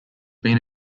been